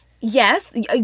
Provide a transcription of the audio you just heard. yes